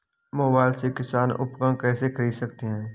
Mobile से किसान उपकरण कैसे ख़रीद सकते है?